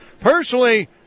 Personally